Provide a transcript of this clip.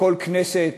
כל כנסת,